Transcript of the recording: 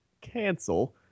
cancel